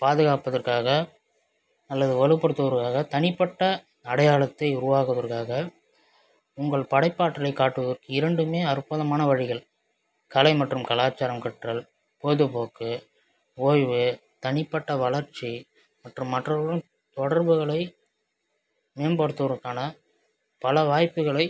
பாதுக்காப்பதற்காக அல்லது வலுப்படுத்துவர்காக தனிப்பட்ட அடையாளத்தை உருவாக்குவர்காக உங்கள் படைப்பாற்றலை காட்டுவதற்கு இரண்டுமே அற்புதமான வழிகள் கலை மற்றும் கலாச்சாரம் கற்றல் பொழுதுப்போக்கு ஓய்வு தனிப்பட்ட வளர்ச்சி மற்றும் மற்றவர்களுடன் தொடர்புகளை மேம்படுத்துவர்கான பல வாய்ப்புகளை